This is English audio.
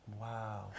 Wow